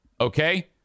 Okay